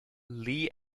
lee